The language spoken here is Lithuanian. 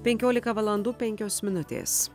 penkiolika valandų penkios minutės